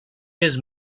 his